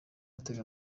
atega